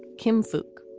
kim fuq,